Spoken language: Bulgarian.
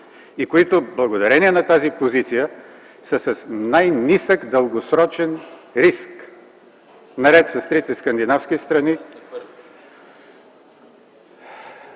и които, благодарение на тази позиция, са с най-нисък дългосрочен риск, наред с трите скандинавски страни…